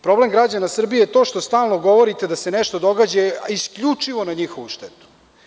Problem građana Srbije je to što stalno govorite da se nešto događa, a isključivo je na njihovu štetu.